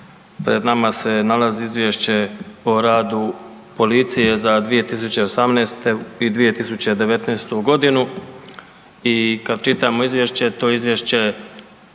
Pred nama se nalazi Izvješće o radu policije za 2018. i 2019. godinu. I kada čitamo Izvješće to Izvješće